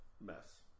mess